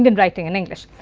and writing in english.